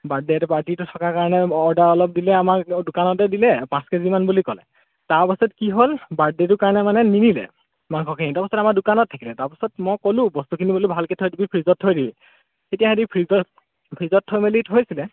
birthday পাৰ্টিটো থকা কাৰণে অৰ্ডাৰ অলপ দিলে আমাক দোকানতে দিলে পাঁচ কেজিমান বুলি ক'লে তাৰপাছত কি হ'ল বাৰ্ডদেটো কাৰণে মানে নিনিলে মাংসখিনি তাৰপিছত আমাৰ দোকানত থাকিলে তাৰপাছত মই ক'লো বস্তুখিনি বোলো ভালকৈ থৈ দিবি ফ্ৰীজত হৈ দিবি তেতিয়া সিহঁতে ফ্ৰীজত ফ্ৰীজত থৈ মেলি থৈছিলে